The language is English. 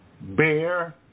bear